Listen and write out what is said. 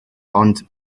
ond